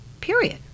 period